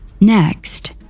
Next